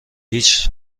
هیچ